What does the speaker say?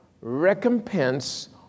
recompense